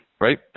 right